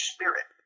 Spirit